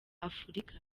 afurika